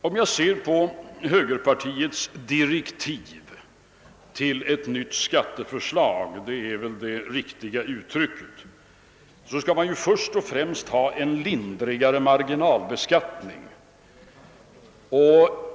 Om jag då ser på högerpartiets direktiv till ett nytt skatteförslag — det är väl det riktiga uttrycket — konstaterar jag att man först och främst vill ha en lindrigare marginalbeskattning.